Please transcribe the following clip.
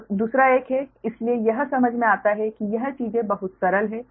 तो दूसरा एक है इसलिए यह समझ में आता है कि यह चीजें बहुत सरल हैं